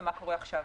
ומה קורה עכשיו.